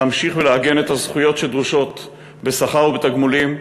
להמשיך ולעגן את הזכויות שדרושות בשכר ובתגמולים,